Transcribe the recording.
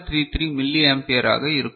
33 milliampere ஆக இருக்கும்